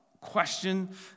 question